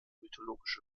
mythologische